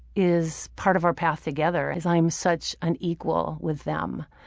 is part of our path together. as i am such an equal with them.